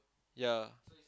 yep